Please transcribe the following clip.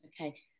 Okay